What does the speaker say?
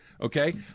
Okay